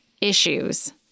issues